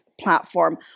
platform